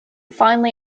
finally